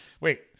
Wait